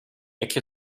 ecke